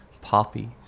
poppy